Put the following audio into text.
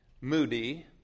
Moody